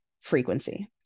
frequency